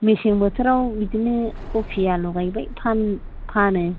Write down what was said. मेसें बोथोराव बिदिनो खफि आलु गायबाय फाननो